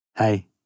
Hey